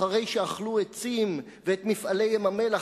אחרי שאכלו את "צים" ואת "מפעלי ים-המלח",